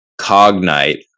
Cognite